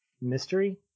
mystery